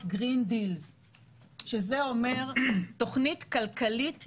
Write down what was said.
green deals שזה אומר תוכנית כלכלית ירוקה,